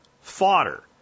fodder